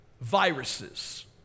viruses